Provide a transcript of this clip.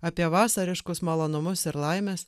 apie vasariškus malonumus ir laimes